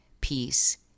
peace